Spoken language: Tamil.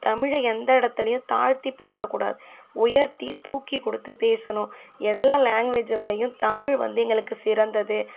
தமிழை எந்த எடத்துலேயும் தாழ்த்தி பேசக்கூடாது உயர்த்தி தூக்கி கொடுத்து பேசணும் எல்லா லேங்க்வேஜை விடவும் தமிழ் வந்து எங்களுக்கு சிறந்தது